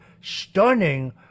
stunning